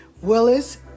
Willis